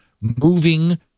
moving